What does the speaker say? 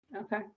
Okay